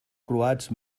croats